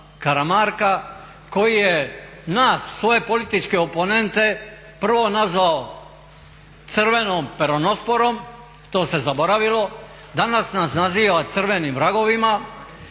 Karamarka koji je nas, svoje političke oponente prvo nazvao crvenom peronosporom, to se zaboravilo, danas nas naziva crvenim vragovima.